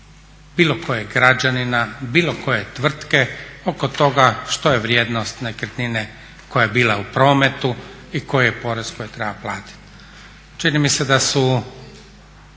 bilo kojeg građanina bilo koje tvrtke oko toga što je vrijednost nekretnine koja je bila u prometu i koji je porez koji treba platiti. Čini mi se da su